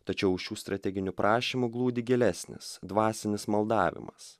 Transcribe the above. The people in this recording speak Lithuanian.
tačiau už šių strateginių prašymų glūdi gilesnis dvasinis maldavimas